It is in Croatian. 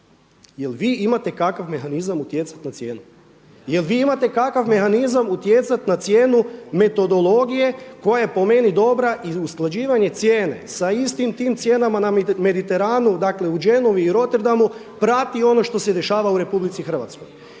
Je li vi imate kakav mehanizam utjecati na cijenu? Je li vi imate kakav mehanizam utjecati na cijenu metodologije koja je po meni dobra i usklađivanje cijene sa istim tim cijenama na Mediteranu, dakle u Genovi i Roterdamu prati ono što se dešava u RH?